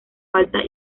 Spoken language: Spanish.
falta